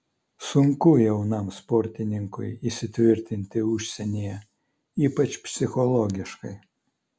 sunku jaunam sportininkui įsitvirtinti užsienyje ypač psichologiškai